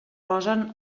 posen